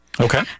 Okay